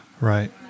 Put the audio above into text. right